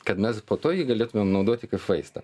kad mes po to ji galėtumėm naudoti kaip vaistą